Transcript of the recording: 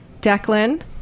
Declan